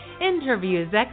interviews